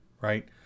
right